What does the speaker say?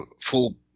full